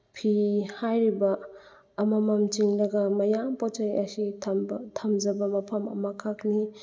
ꯐꯤ ꯍꯥꯏꯔꯤꯕ ꯑꯃꯃꯝꯁꯤꯡꯅꯒ ꯃꯌꯥꯝ ꯄꯣꯠ ꯆꯩ ꯑꯁꯤ ꯊꯝꯕ ꯊꯝꯖꯕ ꯃꯐꯝ ꯑꯃꯈꯛꯅꯤ